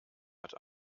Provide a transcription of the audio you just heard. hat